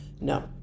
No